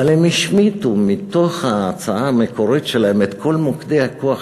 אבל הם השמיטו מתוך ההצעה המקורית שלהם את כל מוקדי הכוח,